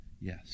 Yes